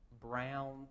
brown